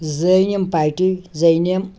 زٕ أنِم پَٹِو زٕ أنِم